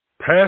pass